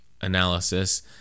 analysis